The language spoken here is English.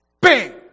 bang